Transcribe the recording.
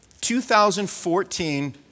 2014